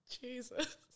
Jesus